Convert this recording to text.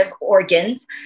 organs